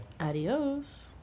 adios